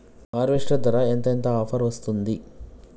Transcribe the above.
Harvester ధర ఎంత ఎంత ఆఫర్ వస్తుంది?